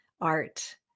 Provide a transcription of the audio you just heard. art